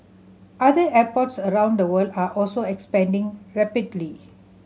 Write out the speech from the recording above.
other airports around the world are also expanding rapidly